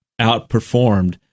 outperformed